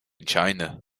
china